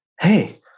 hey